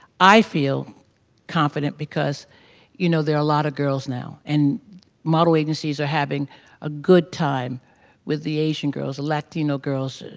i feel confident because you know there are a lot of girls now. and model agencies are having a good time with the asian girls, latino girls,